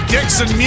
Dixon